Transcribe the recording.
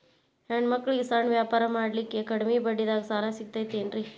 ಹೆಣ್ಣ ಮಕ್ಕಳಿಗೆ ಸಣ್ಣ ವ್ಯಾಪಾರ ಮಾಡ್ಲಿಕ್ಕೆ ಕಡಿಮಿ ಬಡ್ಡಿದಾಗ ಸಾಲ ಸಿಗತೈತೇನ್ರಿ?